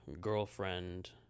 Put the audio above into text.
girlfriend